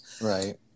Right